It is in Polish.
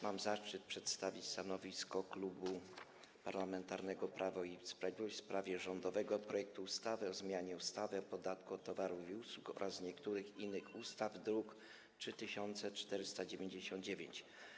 Mam zaszczyt przedstawić stanowisko Klubu Parlamentarnego Prawo i Sprawiedliwość wobec rządowego projektu ustawy o zmianie ustawy o podatku od towarów i usług oraz niektórych innych ustaw, druk nr 3499.